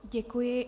Děkuji.